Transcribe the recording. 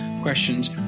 questions